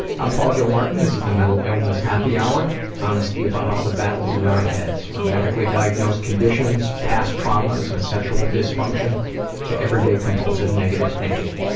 i'm paul gilmartin. this is the mental illness happy hour honesty about all the battles in our heads from medically diagnosed conditions, past traumas and sexual dysfunction everyday compulsive negative thinking.